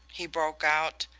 he broke out,